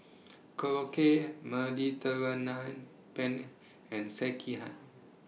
Korokke Mediterranean Penne and Sekihan